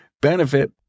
Benefit